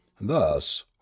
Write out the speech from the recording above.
thus